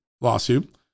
lawsuit